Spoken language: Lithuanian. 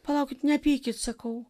palaukit nepykit sakau